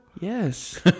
Yes